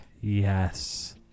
Yes